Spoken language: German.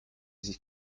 sich